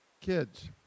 Kids